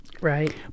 Right